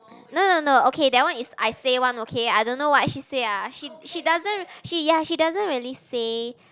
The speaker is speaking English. no no no okay that one is I say one okay I don't know what she say ah she she doesn't she ya she doesn't really say